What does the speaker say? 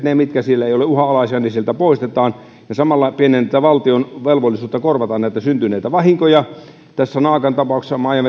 ne mitkä siellä eivät ole uhanalaisia sieltä poistetaan ja samalla pienennetään valtion velvollisuutta korvata näitä syntyneitä vahinkoja tässä naakan tapauksessa maa ja